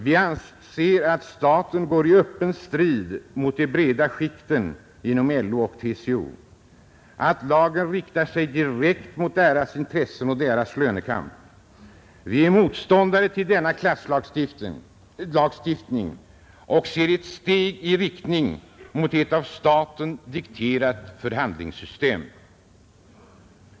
Vi anser att staten går i öppen strid mot de breda skikten inom LO och TCO, att lagen riktar sig direkt mot deras intressen och deras lönekamp. Vi är motståndare till denna klasslagstiftning och ser den som ett steg i riktning mot ett av staten dikterat förhandlingssystem.